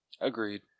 Agreed